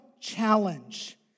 challenge